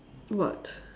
what